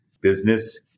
business